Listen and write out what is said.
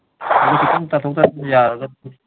ꯑꯗꯨ ꯈꯤꯇꯪ ꯇꯥꯊꯣꯛ ꯇꯥꯁꯤꯟ